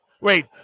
Wait